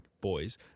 boys